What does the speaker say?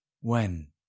When